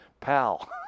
pal